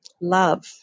love